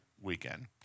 weekend